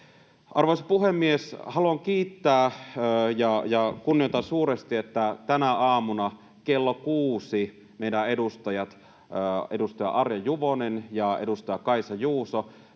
Arvoisa puhemies! Haluan kiittää ja kunnioitan suuresti, että tänä aamuna kello kuusi meidän edustajat, edustaja Arja Juvonen ja edustaja Kaisa Juuso,